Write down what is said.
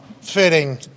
fitting